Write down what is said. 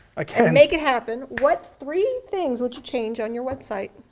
i can. and make it happen what three things would you change on your website?